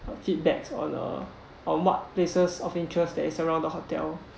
feedbacks on uh on what places of interest that is around the hotel